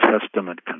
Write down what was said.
Testament